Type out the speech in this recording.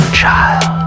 child